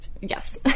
yes